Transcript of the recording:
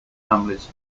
families